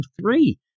three